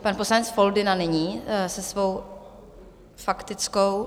Pan poslanec Foldyna nyní se svou faktickou.